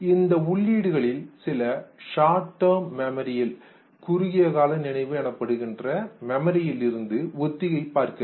இந்த உள்ளீடுகளிள் சில ஷார்ட் டேர்ம் மெமரில் குறுகிய கால நினைவுகள் இருந்து ஒத்திகை பார்க்கிறது